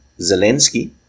Zelensky